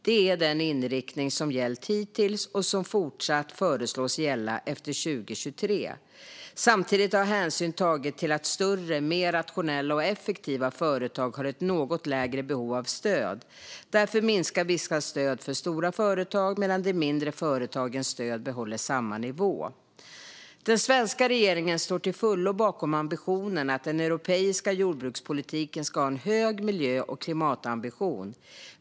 Det är den inriktning som gällt hittills och som fortsatt föreslås gälla efter 2023. Samtidigt har hänsyn tagits till att större, mer rationella och effektiva företag har ett något mindre behov av stöd. Därför minskar vissa stöd för stora företag, medan de mindre företagens stöd behåller samma nivå. Den svenska regeringen står till fullo bakom ambitionen att den europeiska jordbrukspolitiken ska ha en hög miljö och klimatambition.